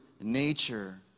nature